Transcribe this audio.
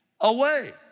away